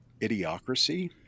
Idiocracy